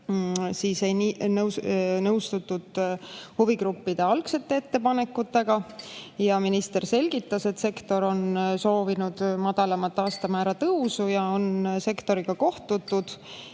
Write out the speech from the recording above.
siis ei nõustutud huvigruppide algsete ettepanekutega. Minister selgitas, et sektor on soovinud madalamat aastamäära tõusu ja on sektoriga kohtutud